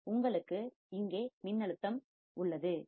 உங்களுக்கு இங்கே மின்னழுத்தம் வோல்டேஜ் voltage உள்ளது